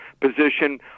position